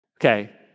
Okay